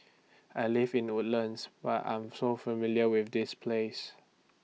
I live in Woodlands but I'm so familiar with this place